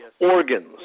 organs